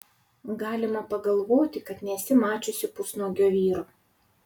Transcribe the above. galima pagalvoti kad nesi mačiusi pusnuogio vyro